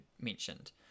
mentioned